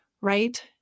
Right